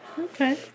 Okay